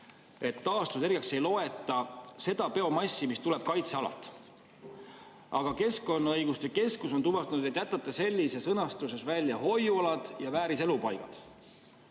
et taastuvenergia [allikaks] ei loeta seda biomassi, mis tuleb kaitsealalt. Aga Keskkonnaõiguse Keskus on tuvastatud, et te jätate sellises sõnastuses välja hoiualad ja vääriselupaigad.